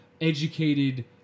educated